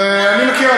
אני מכיר,